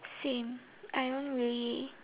same I don't really